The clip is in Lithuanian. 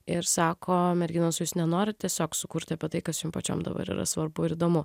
ir sako merginos jūs nenorit tiesiog sukurti apie tai kas jum pačiom dabar yra svarbu ir įdomu